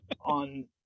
on